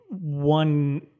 one